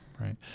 Right